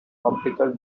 optical